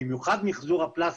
במיוחד מחזור הפלסטיק,